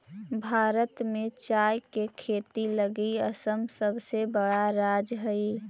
भारत में चाय के खेती लगी असम सबसे बड़ा राज्य हइ